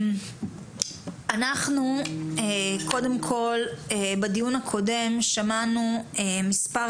אנחנו קודם כל בדיון הקודם שמענו מספר